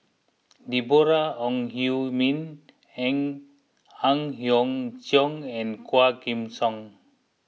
Deborah Ong Hui Min Ang Hiong Chiok and Quah Kim Song